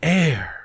air